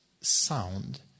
sound